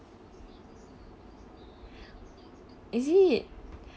is it